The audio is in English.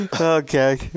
Okay